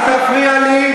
אל תפריע לי,